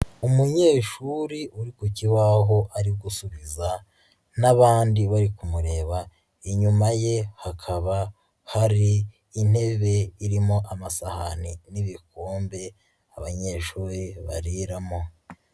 Umunyeshuri uri ku kibaho ari gusubiza n'abandi bari kumureba, inyuma ye hakaba hari intebe irimo amasahani n'ibikombe abanyeshuri bariramo.